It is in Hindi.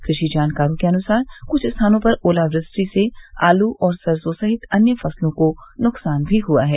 कृषि जानकारों के अनुसार कृष्ठ स्थानों पर ओला वृष्टि से आलू और सरसों सहित अन्य फसलों को नुकसान भी हुआ है